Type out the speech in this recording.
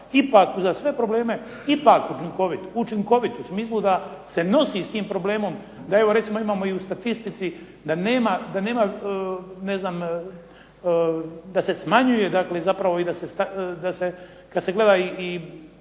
ipak uz sve probleme učinkovit. Učinkovit u smislu da se nosi s tim problem, da recimo evo imamo i u statistici da nema ne znam da se smanjuje i kad se gleda broj